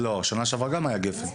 בשנה שעברה גם היה גפ"ן.